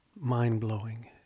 mind-blowing